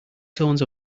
tones